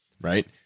right